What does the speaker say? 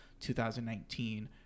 2019